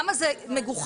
כמה זה מגוחך.